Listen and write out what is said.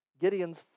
Gideon's